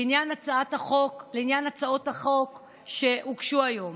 לעניין הצעות החוק שהוגשו היום,